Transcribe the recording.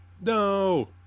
No